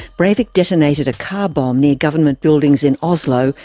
breivik detonated a car bomb near government buildings in oslo,